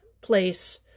place